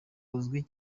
uzwi